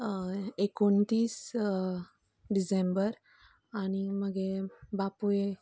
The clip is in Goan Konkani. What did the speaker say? एकोणतीस डिसेंबर आनी म्हगे बापूय